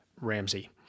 Ramsey